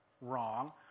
wrong